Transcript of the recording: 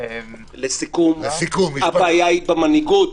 לסיכום, הבעיה היא במנהיגות.